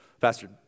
Pastor